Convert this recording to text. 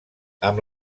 amb